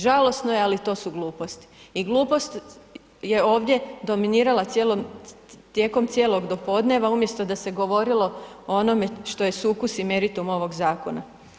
Žalosno je ali to su gluposti i glupost je ovdje dominirala tijekom cijelog do podneva umjesto da se govorilo o onome što je sukus i meritum ovog zakona.